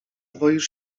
boisz